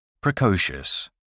Precocious